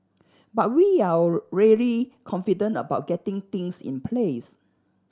but we're all really confident about getting things in place